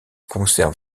conserve